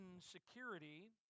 security